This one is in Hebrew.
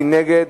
מי נגד?